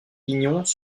pignons